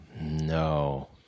No